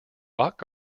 rock